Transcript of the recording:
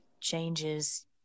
changes